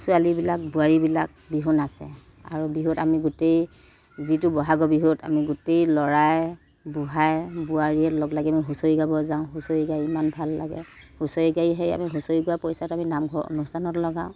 ছোৱালীবিলাক বোৱাৰীবিলাক বিহু নাচে আৰু বিহুত আমি গোটেই যিটো বহাগৰ বিহুত আমি গোটেই ল'ৰায়ে বুঢ়ায়ে বোৱাৰীয়ে লগলাগি আমি হুঁচৰি গাব যাওঁ হুঁচৰি গাই ইমান ভাল লাগে হুঁচৰি গাই সেই আমি হুঁচৰি গোৱা পইচাটো আমি নামঘৰৰ অনুষ্ঠানত লগাওঁ